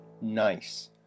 Nice